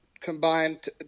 combined